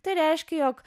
tai reiškia jog